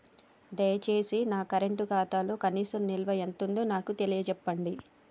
దయచేసి నా కరెంట్ ఖాతాలో కనీస నిల్వ ఎంతుందో నాకు తెలియచెప్పండి